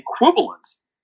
equivalence